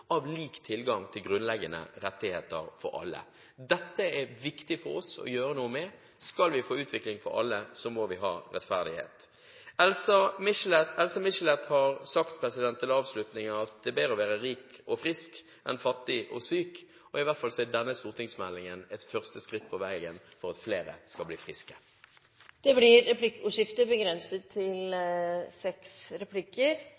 av lik tilgang til grunnleggende rettigheter for alle. Dette er viktig for oss å gjøre noe med. Skal vi få utvikling for alle, må vi ha rettferdighet. Til avslutning: Else Michelet har sagt at det er bedre å være rik og frisk enn fattig og syk. I hvert fall er denne stortingsmeldingen et første skritt på veien for at flere skal bli friske. Det blir replikkordskifte. Jeg er glad for at statsråden brukte sin første anledning i Stortinget til